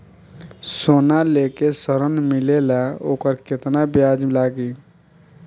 सोना लेके ऋण मिलेला वोकर केतना ब्याज लागी?